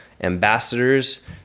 ambassadors